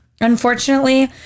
Unfortunately